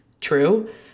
true